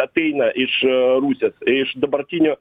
ateina iš rusijos iš dabartinio